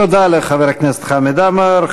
תודה לחבר הכנסת חמד עמאר.